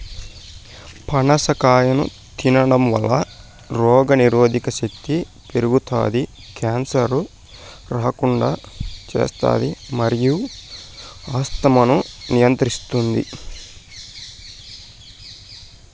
పనస కాయను తినడంవల్ల రోగనిరోధక శక్తి పెరుగుతాది, క్యాన్సర్ రాకుండా చేస్తాది మరియు ఆస్తమాను నియంత్రిస్తాది